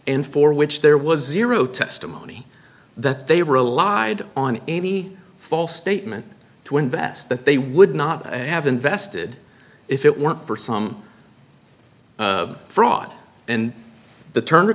and for which there was zero testimony that they were allied on any false statement to invest that they would not have invested if it weren't for some fraud and the turner